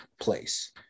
place